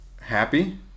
happy